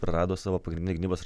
prarado savo pagrindinę gynybos